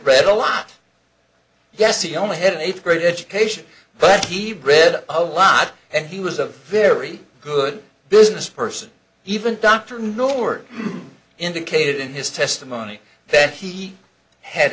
read a lot yes he only had eighth grade education but he bred a lot and he was a very good business person even dr norton indicated in his testimony that he had